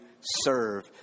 serve